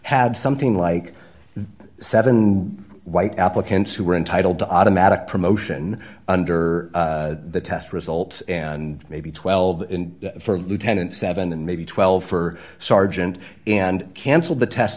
had something like seven white applicants who were entitled to automatic promotion under the test results and maybe twelve for lieutenant seven and maybe twelve for sergeant and cancel the test